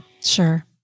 Sure